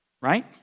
right